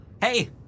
Hey